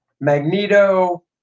Magneto